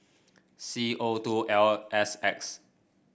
C O two L S X